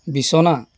বিছনা